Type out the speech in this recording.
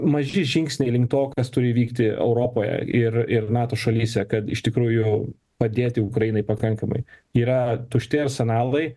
maži žingsniai link to kas turi įvykti europoje ir ir nato šalyse kad iš tikrųjų padėti ukrainai pakankamai yra tušti arsenalai